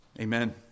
Amen